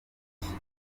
iki